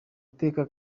iteka